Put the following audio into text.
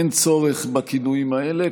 אין צורך בכינויים האלה,